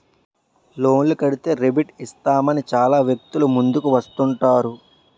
లోన్లు కడితే రేబేట్ ఇస్తామని చాలా వ్యక్తులు ముందుకు వస్తుంటారు